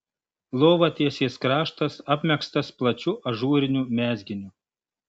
lovatiesės kraštas apmegztas plačiu ažūriniu mezginiu